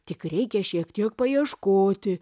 tik reikia šiek tiek paieškoti